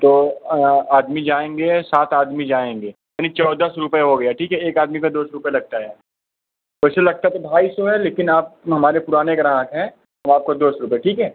तो आदमी जाएँगे सात आदमी जाएँगे यानी चौदह सौ रुपये हो गया ठीक है एक आदमी का दो सौ रुपये लगता है वैसे लगता तो ढाई सौ है लेकिन आप हमारे पुराने ग्राहक हैं हम आपको दो सौ रुपये ठीक है